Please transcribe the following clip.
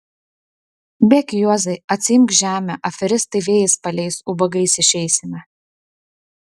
bėk juozai atsiimk žemę aferistai vėjais paleis ubagais išeisime